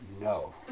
No